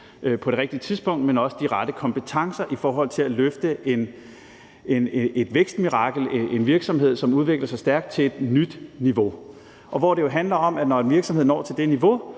på det rigtige tidspunkt, men også de rette kompetencer i forhold til at løfte et vækstmirakel, en virksomhed, som udvikler sig stærkt, til et nyt niveau. Det handler jo om, at når en virksomhed når til det niveau,